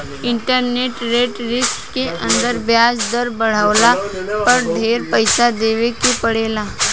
interest rate risk के अंदर ब्याज दर बाढ़ला पर ढेर पइसा देवे के पड़ेला